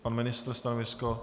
Pan ministr stanovisko?